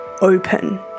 open